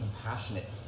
compassionate